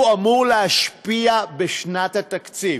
הוא אמור להשפיע בשנת התקציב.